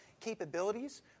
capabilities